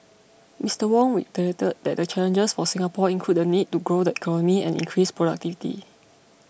Mister Wong reiterated that the challenges for Singapore include the need to grow the economy and increase productivity